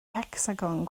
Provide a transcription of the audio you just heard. hecsagon